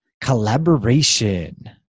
collaboration